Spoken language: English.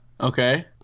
Okay